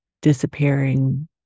disappearing